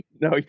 No